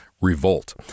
revolt